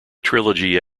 trilogy